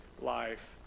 life